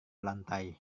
lantai